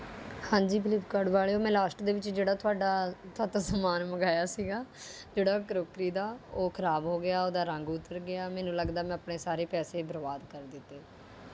ਹਾਂਜੀ ਫਲਿੱਪਕਾਡ ਵਾਲਿਓ ਮੈਂ ਲਾਸਟ ਦੇ ਵਿੱਚ ਜਿਹੜਾ ਤੁਹਾਡਾ ਤੁਹਾਡੇ ਤੋਂ ਸਮਾਨ ਮੰਗਾਇਆ ਸੀਗਾ ਜਿਹੜਾ ਕਰੋਕਰੀ ਦਾ ਉਹ ਖਰਾਬ ਹੋ ਗਿਆ ਉਹਦਾ ਰੰਗ ਉੱਤਰ ਗਿਆ ਮੈਨੂੰ ਲੱਗਦਾ ਮੈਂ ਆਪਣੇ ਸਾਰੇ ਪੈਸੇ ਬਰਬਾਦ ਕਰ ਦਿੱਤੇ